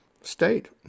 state